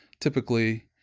typically